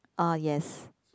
uh yes